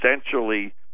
essentially